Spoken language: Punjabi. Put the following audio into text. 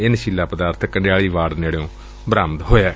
ਇਹ ਨਸ਼ੀਲਾ ਪਦਾਰਥ ਕੰਡਿਆਲੀ ਵਾੜ ਨੇੜਿਓਂ ਬਰਾਮਦ ਹੋਇਐ